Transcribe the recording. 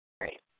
Great